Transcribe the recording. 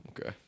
Okay